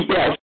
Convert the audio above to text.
Yes